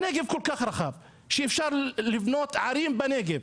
הנגב כל כך רחב שאפשר לבנות ערים בנגב.